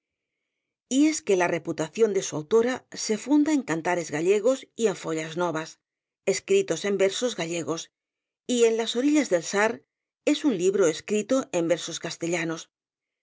y es que la reputación de su autora se funda en cantares gallegos y en follas novas escritos en versos gallegos y en las orillas del sar es un libro escrito en versos castellanos